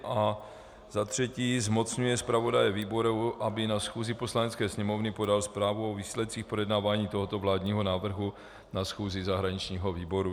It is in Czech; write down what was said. III. zmocňuje zpravodaje výboru, aby na schůzi Poslanecké sněmovny podal zprávu o výsledcích projednávání tohoto vládního výboru na schůzi zahraničního výboru.